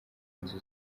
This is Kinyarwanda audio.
inzu